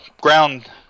ground